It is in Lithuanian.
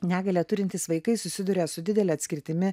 negalią turintys vaikai susiduria su didele atskirtimi